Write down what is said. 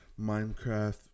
minecraft